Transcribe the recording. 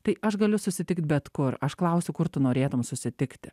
tai aš galiu susitikt bet kur aš klausiu kur tu norėtum susitikti